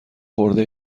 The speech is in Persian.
خورده